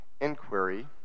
inquiry